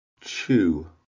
chew